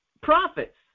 prophets